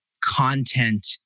content